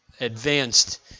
advanced